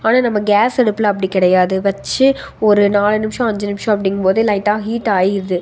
ஆனால் நம்ம கேஸ் அடுப்பில் அப்படி கிடையாது வைச்சு ஒரு நாலு நிமிஷம் அஞ்சு நிமிஷம் அப்படிங்கும் போது லைட்டாக ஹீட் ஆயிடுது